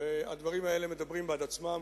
והדברים האלה מדברים בעד עצמם.